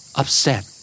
upset